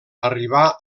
arribà